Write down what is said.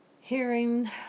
hearing